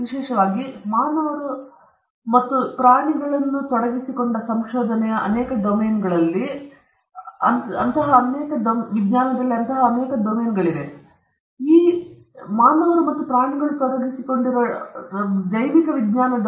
ವಿಶೇಷವಾಗಿ ಮಾನವರು ತೊಡಗಿಸಿಕೊಂಡಾಗ ಮತ್ತು ಪ್ರಾಣಿಗಳ ಅನೇಕ ಡೊಮೇನ್ಗಳಲ್ಲಿ ತೊಡಗಿರುವಾಗಲೂ ಸಹ ವಿಜ್ಞಾನದಲ್ಲಿ ನಾವು ತಿಳಿದಿದೆ ಅನೇಕ ಡೊಮೇನ್ಗಳಲ್ಲಿ ಮಾನವರು ಮತ್ತು ಪ್ರಾಣಿಗಳು ಸಂಶೋಧನೆಯಲ್ಲಿ ತೊಡಗಿವೆ ವಿಶೇಷವಾಗಿ ಪ್ರಾಣಿಗಳು